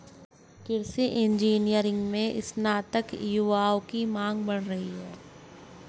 कृषि इंजीनियरिंग में स्नातक युवाओं की मांग बढ़ी है